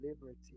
liberty